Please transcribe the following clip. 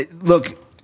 look